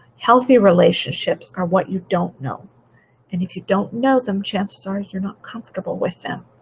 healthy relationships are what you don't know and if you don't know them, chances are if you're not comfortable with them.